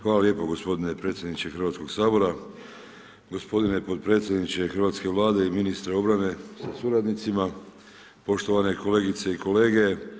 Hvala lijepo gospodine predsjedniče Hrvatskog sabora, gospodine potpredsjedniče hrvatske Vlade i ministre obrane sa suradnicima, poštovane kolegice i kolege.